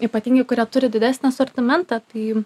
ypatingai kurie turi didesnį asortimentą tai